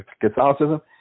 Catholicism